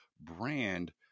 brand